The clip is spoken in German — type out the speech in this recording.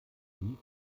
die